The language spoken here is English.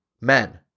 men